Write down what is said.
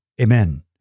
Amen